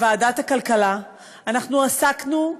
בוועדת הכלכלה אנחנו עסקנו,